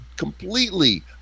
Completely